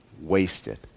wasted